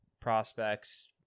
prospects